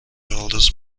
oldest